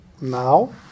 now